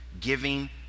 Giving